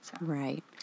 Right